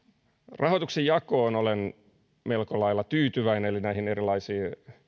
rahoituksen jakoon olen melko lailla tyytyväinen eli nämä erilaiset näkemykset